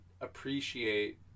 appreciate